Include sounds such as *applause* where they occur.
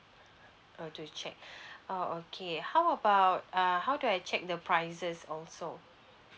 oh to check *breath* oh okay how about uh how do I check the prices also